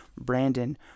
Brandon